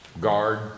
guard